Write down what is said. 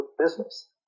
business